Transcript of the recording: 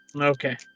Okay